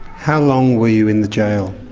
how long were you in the jail?